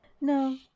No